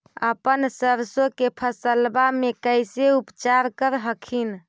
अपन सरसो के फसल्बा मे कैसे उपचार कर हखिन?